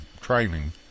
training